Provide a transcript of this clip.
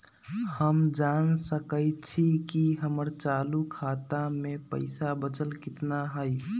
हम जान सकई छी कि हमर चालू खाता में पइसा बचल कितना हई